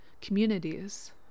communities